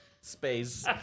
space